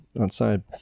outside